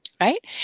right